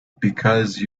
because